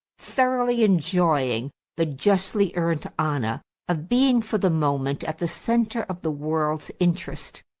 thoroughly enjoying the justly earned honor of being for the moment at the center of the world's interest.